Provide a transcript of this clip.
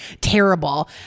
Terrible